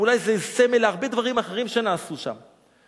אולי זה סמל להרבה דברים אחרים שנעשו שם.